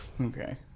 Okay